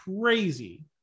Crazy